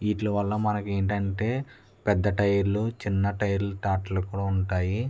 వీటి వల్ల మనకి ఏంటంటే పెద్ద టైర్లు చిన్న టైర్లు ట్రాక్టర్లు కూడా ఉంటాయి